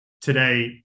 today